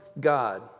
God